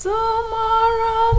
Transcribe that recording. Tomorrow